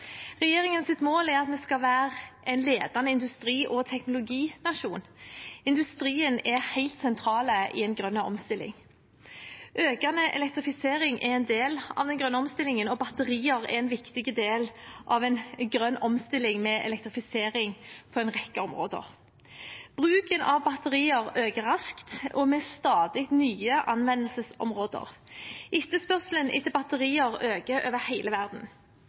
mål er at vi skal være en ledende industri- og teknologinasjon. Industrien er helt sentral i en grønn omstilling. Økende elektrifisering er en del av den grønne omstillingen, og batterier er en viktig del av en grønn omstilling med elektrifisering på en rekke områder. Bruken av batterier øker raskt og med stadig nye anvendelsesområder. Etterspørselen etter batterier øker over hele verden.